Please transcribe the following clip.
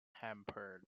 hampered